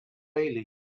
bailey